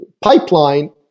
pipeline